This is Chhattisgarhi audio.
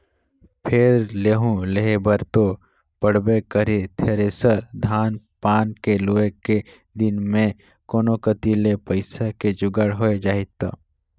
फेर लेहूं लेहे बर तो पड़बे करही थेरेसर, धान पान के लुए के दिन मे कोनो कति ले पइसा के जुगाड़ होए जाही त